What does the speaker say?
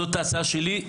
זאת ההצעה שלי.